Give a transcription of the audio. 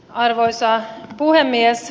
arvoisa puhemies